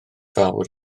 fawr